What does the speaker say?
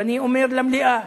ואני אומר למליאה: